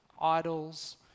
idols